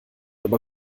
aber